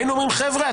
היינו אומרים: חבר'ה,